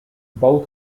both